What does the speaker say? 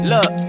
Look